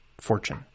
fortune